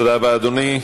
תודה רבה, אדוני.